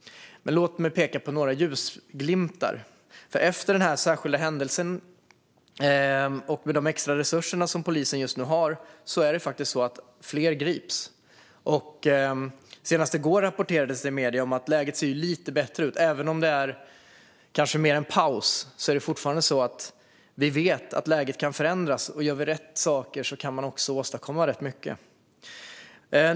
Men låt mig peka på några ljusglimtar. Efter den särskilda händelsen och med de extra resurser som polisen just nu har grips faktiskt fler. Senast i går rapporterades det i medierna att läget ser lite bättre ut. Även om det kanske är lite mer av en paus vet vi fortfarande att läget kan förändras och att man, om vi gör rätt saker, kan åstadkomma ganska mycket.